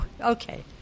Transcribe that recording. okay